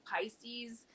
Pisces